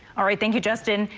all right. thank you, justin.